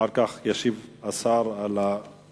ואחר כך ישיב השר על ההצעות.